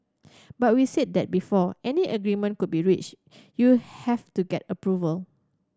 but we said that before any agreement could be reached you have to get approval